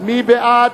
מי בעד?